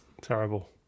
Terrible